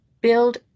build